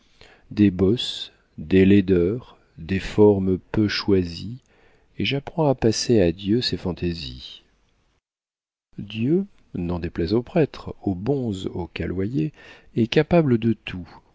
des bosses des laideurs des formes peu choisies et j'apprends à passer à dieu ses fantaisies dieu n'en déplaise au prêtre au bonze au caloyer est capable de tout